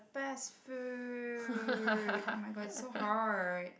best food oh-my-god it's so hard